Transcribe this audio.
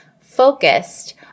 focused